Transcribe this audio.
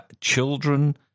children